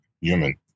human